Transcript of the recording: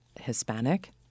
Hispanic